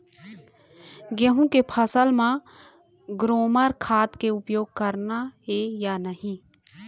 गेहूं के फसल म ग्रोमर खाद के उपयोग करना ये या नहीं?